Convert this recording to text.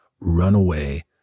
runaway